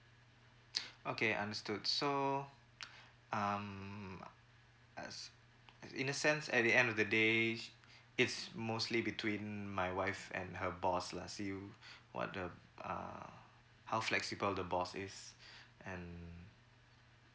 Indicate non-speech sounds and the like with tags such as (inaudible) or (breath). (noise) okay understood so (noise) um as in a sense at the end of the day it's mostly between my wife and her boss lah see you what the uh how flexible the boss is (breath) and